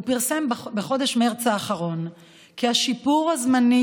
פרסם בחודש מרץ האחרון כי השיפור הזמני